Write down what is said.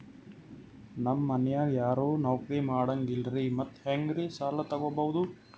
ನಮ್ ಮನ್ಯಾಗ ಯಾರೂ ನೌಕ್ರಿ ಮಾಡಂಗಿಲ್ಲ್ರಿ ಮತ್ತೆಹೆಂಗ ಸಾಲಾ ತೊಗೊಬೌದು?